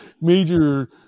major